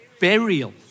burial